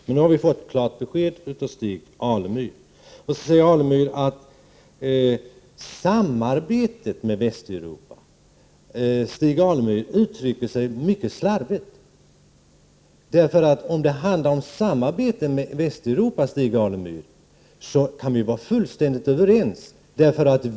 Nu har vi fått ett klart besked från Stig Alemyr. Sedan talar Stig Alemyr om samarbete med Västeuropa. Stig Alemyr uttrycker sig mycket slarvigt. Om det bara handlar om samarbete med Västeuropa, Stig Alemyr, då kan vi vara fullständigt överens.